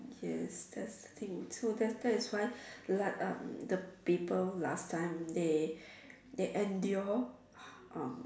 yes that's the thing also that is that is why last uh the people last time they they endure um